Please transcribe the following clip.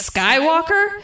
Skywalker